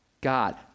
God